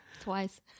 Twice